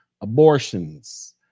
abortions